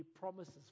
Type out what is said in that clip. promises